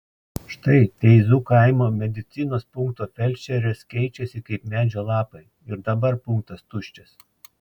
štai teizų kaimo medicinos punkto felčerės keičiasi kaip medžio lapai ir dabar punktas tuščias